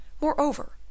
moreover